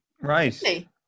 right